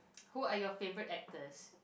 who are your favorite actors